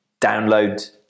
download